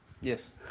yes